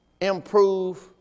improve